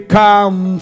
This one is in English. come